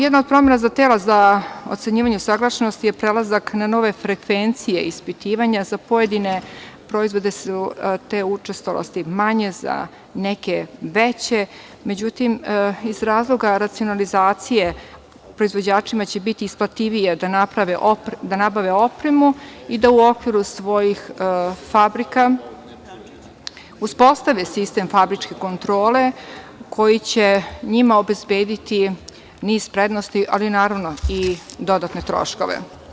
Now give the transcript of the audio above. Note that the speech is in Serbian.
Jedna od promena za tela za ocenjivanje usaglašenosti je prelazak na nove frekvencije ispitivanja, za pojedine proizvode su te učestalosti manje, za neke veće, međutim, iz razloga racionalizacije proizvođačima će biti isplativije da nabave opremu i da u okviru svojih fabrika uspostave sistem fabričke kontrole koji će njima obezbediti niz prednosti, ali naravno i dodatne troškove.